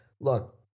look